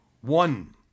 one